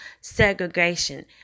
segregation